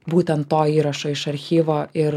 būtent to įrašo iš archyvo ir